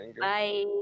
Bye